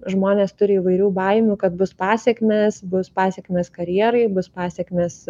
žmonės turi įvairių baimių kad bus pasekmės bus pasekmės karjerai bus pasekmės